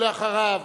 אחריו,